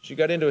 she got into